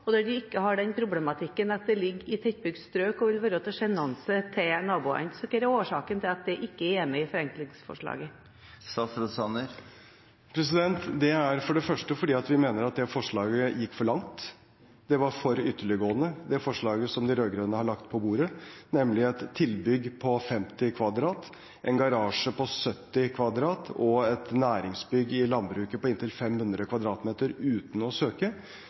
og der man ikke har den problematikken at det ligger i tettbygd strøk og vil være til sjenanse for naboene. Hva er årsaken til at det ikke er med i forenklingsforslaget? Det er fordi vi mener at det forslaget gikk for langt, det var for ytterliggående, det forslaget som de rød-grønne har lagt på bordet. Vi mener at et tilbygg på 50 m2, en garasje på 70 m2 og et næringsbygg i landbruket på inntil 500 m2, uten å måtte søke,